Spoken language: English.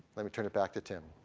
let me turn it back to tim.